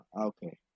okay